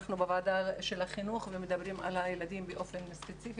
אנחנו בוועדת החינוך מדברים על הילדים באופן ספציפי